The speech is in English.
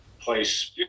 place